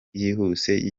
y’iki